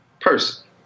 person